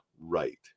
Right